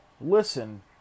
listen